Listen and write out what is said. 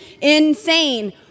insane